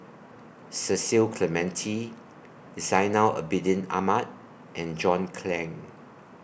Cecil Clementi Zainal Abidin Ahmad and John Clang